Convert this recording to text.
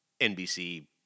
NBC